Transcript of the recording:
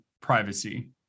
privacy